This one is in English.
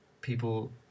People